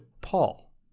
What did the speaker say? Paul